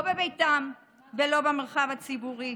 לא בביתם ולא במרחב הציבורי.